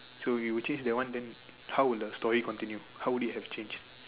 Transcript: so you would change that one then how would the story continue how would it have changed